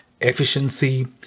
efficiency